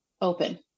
open